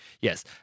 Yes